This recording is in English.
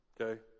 Okay